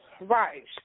Right